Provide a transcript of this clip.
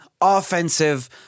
offensive